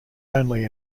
only